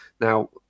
now